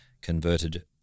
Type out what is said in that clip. converted